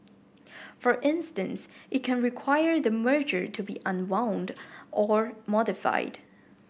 for instance it can require the merger to be unwound or modified